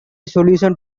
solution